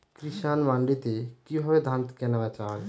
কৃষান মান্ডিতে কি ভাবে ধান কেনাবেচা হয়?